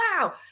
wow